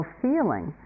feeling